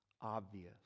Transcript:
obvious